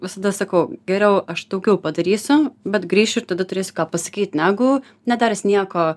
visada sakau geriau aš daugiau padarysiu bet grįšiu ir tada turėsiu ką pasakyt negu nedaręs nieko